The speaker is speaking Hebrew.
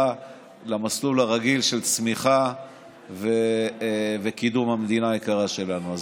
למסלול הרגיל של צמיחה וקידום המדינה היקרה שלנו.